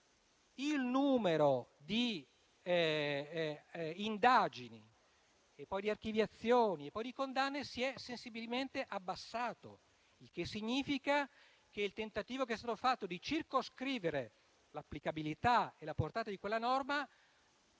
il numero di indagini e poi di archiviazioni e di condanne si è sensibilmente abbassato, il che significa che il tentativo che è stato fatto di circoscrivere l'applicabilità e la portata di quella norma